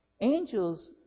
Angels